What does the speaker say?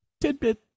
Tidbit